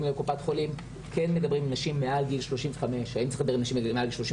אליהן כן מדברים אל נשים מעל גיל 35. האם צריך לדבר בגיל 35?